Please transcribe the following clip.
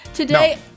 Today